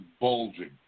bulging